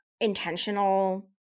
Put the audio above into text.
intentional